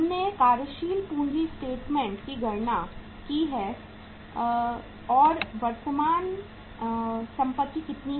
हमने कार्यशील पूंजी स्टेटमेंट से गणना की है कि वर्तमान संपत्ति कितनी है